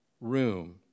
room